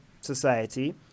society